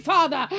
Father